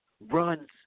runs